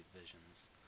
Vision's